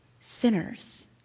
sinners